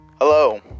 Hello